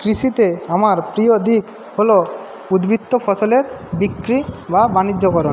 কৃষিতে আমার প্রিয় দিক হলো উদ্বৃত্ত ফসলের বিক্রি বা বাণিজ্যকরণ